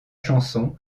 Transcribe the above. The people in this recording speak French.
chanson